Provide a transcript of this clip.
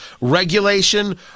regulation